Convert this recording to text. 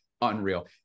Unreal